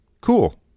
Cool